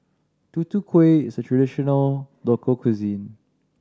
Tutu Kueh is a traditional local cuisine